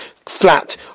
Flat